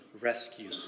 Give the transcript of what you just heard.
rescue